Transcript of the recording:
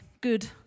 good